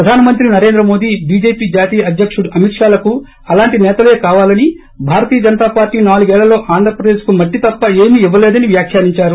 ప్రధాన మంత్రి నరేంద్ర మోదీ బీజేపీ జాతీయ అధ్యకుడు అమిత్షాలకు అలాంటి సేతలే కావాలని భారతీయ జనతా పార్టీ నాలుగేళ్లలో ఆంధ్రప్రదేశ్కు మట్టి తప్ప ఏమీ ఇవ్వలేదని వ్యాఖ్యానిందారు